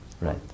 Right